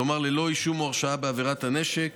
כלומר ללא אישום או הרשעה בעבירת הנשק.